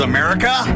America